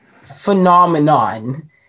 phenomenon